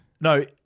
no